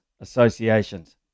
associations